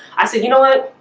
i said, you know what?